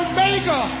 Omega